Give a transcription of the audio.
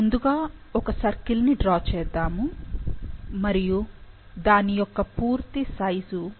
ముందుగా ఒక సర్కిల్ ని డ్రా చేద్దాము మరియు దాని యొక్క పూర్తి సైజు 10 kb